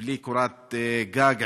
בלי קורת גג,